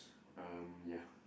um ya